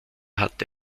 hatte